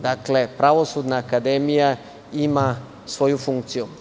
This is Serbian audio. Dakle, Pravosudna akademija ima svoju funkciju.